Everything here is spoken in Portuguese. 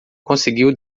conseguiu